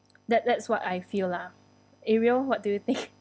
that that's what I feel lah ariel what do you think